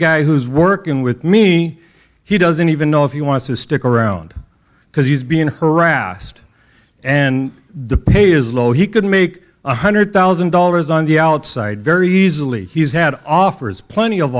guy who's working with me he doesn't even know if you want to stick around because he's being harassed and the pay is low he could make one hundred thousand dollars on the outside very easily he's had offers plenty of